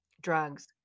Drugs